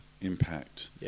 impact